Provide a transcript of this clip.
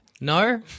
no